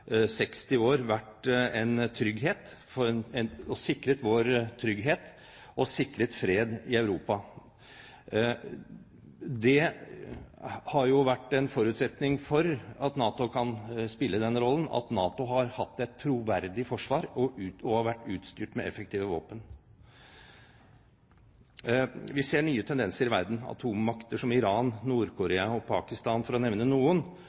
60 år sikret vår trygghet og sikret fred i Europa. En forutsetning for at NATO har kunnet spille den rollen har vært at NATO har hatt et troverdig forsvar og har vært utstyrt med effektive våpen. Vi ser nye tendenser i verden – atommakter som Iran, Nord-Korea og Pakistan, for å nevne noen,